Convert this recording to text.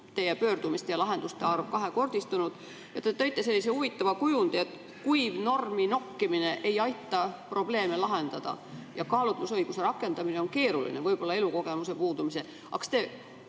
teie pöördumiste ja lahenduste arv kahekordistunud. Te tõite sellise huvitava kujundi, et kuiv norminokkimine ei aita probleeme lahendada ja kaalutlusõiguse rakendamine on keeruline, võib-olla elukogemuse puudumise [tõttu]. Kas te